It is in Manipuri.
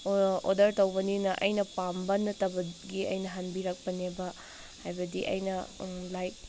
ꯑꯣꯗꯔ ꯇꯧꯕꯅꯤꯅ ꯑꯩꯅ ꯄꯥꯝꯕ ꯅꯠꯇꯕꯒꯤ ꯑꯩꯅ ꯍꯟꯕꯤꯔꯛꯄꯅꯦꯕ ꯍꯥꯏꯕꯗꯤ ꯑꯩꯅ ꯂꯥꯏꯛ